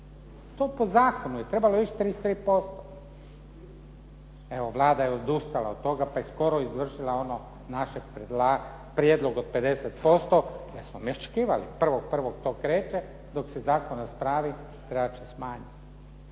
to po zakonu je trebalo ići 33%. Evo, Vlada je odustala od toga pa je skoro izvršila onaj naš prijedlog od 50% jer smo mi očekivali 1.1. to kreće, dok se zakon raspravi trebat će smanjiti.